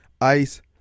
ice